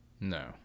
No